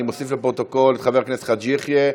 אני מוסיף לפרוטוקול את חבר הכנסת חאג' יחיא,